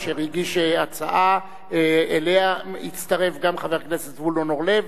אשר הגיש הצעה שאליה הצטרף גם חבר הכנסת זבולון אורלב.